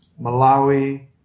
Malawi